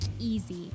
easy